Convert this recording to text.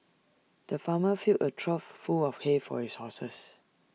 the farmer filled A trough full of hay for his horses